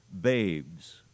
babes